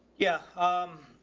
yeah. um,